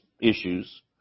issues